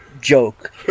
joke